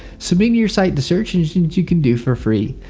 submitting your site to search engines you can do for free.